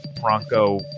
Bronco